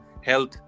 health